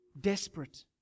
desperate